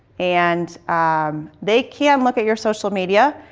and um they can look at your social media.